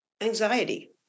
anxiety